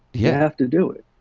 yeah have to do it.